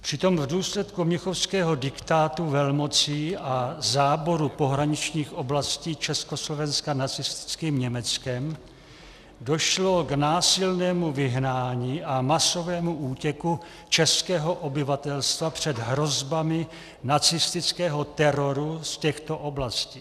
Přitom v důsledku mnichovského diktátu velmocí a záboru pohraničních oblastí Československa nacistickým Německem došlo k násilnému vyhnání a masovému útěku českého obyvatelstva před hrozbami nacistického teroru z těchto oblastí.